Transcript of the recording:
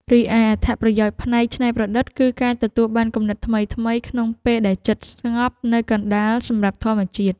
ឯអត្ថប្រយោជន៍ផ្នែកច្នៃប្រឌិត គឺការទទួលបានគំនិតថ្មីៗក្នុងពេលដែលចិត្តស្ងប់នៅកណ្ដាលសម្រស់ធម្មជាតិ។